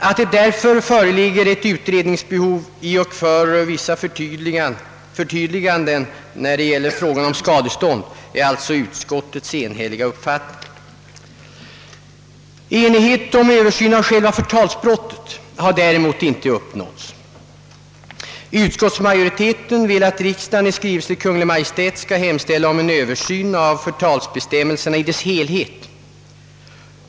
Att det därför föreligger ett utredningsbehov i och för vissa förtydliganden när det gäller frågan om skadestånd är alltså utskottets enhälliga uppfattning. Enighet om översyn av själva förtalsbrottet har däremot inte uppnåtts. Utskottsmajoriteten vill att riksdagen i skrivelse till Kungl. Maj:t skall hemställa om en översyn av förtalsbestämmelserna i dess helhet.